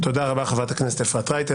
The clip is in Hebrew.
תודה רבה, חברת הכנסת אפרת רייטן.